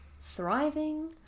thriving